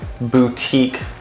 boutique